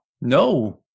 No